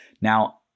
now